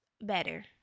better